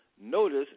notice